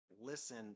listen